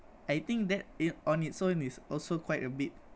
I think that it on its own is also quite a bit